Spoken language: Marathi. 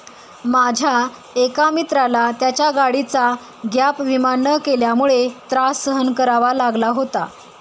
माझ्या एका मित्राला त्याच्या गाडीचा गॅप विमा न केल्यामुळे त्रास सहन करावा लागला होता